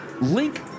Link